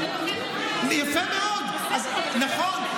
יפה מאוד, נכון.